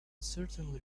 certainly